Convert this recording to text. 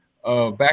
Back